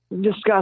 discuss